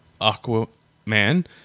Aquaman